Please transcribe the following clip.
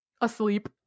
Asleep